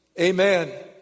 Amen